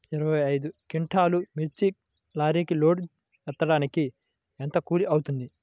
ఇరవై ఐదు క్వింటాల్లు మిర్చి లారీకి లోడ్ ఎత్తడానికి ఎంత కూలి అవుతుంది?